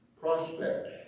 prospects